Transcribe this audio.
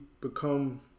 become